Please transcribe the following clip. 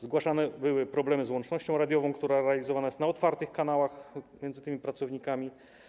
Zgłaszane były problemy z łącznością radiową, która realizowana jest na otwartych kanałach między tymi pracownikami.